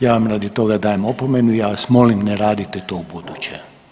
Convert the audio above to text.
Ja vam radi toga dajem opomenu i ja vas molim ne radite to ubuduće.